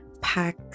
Pack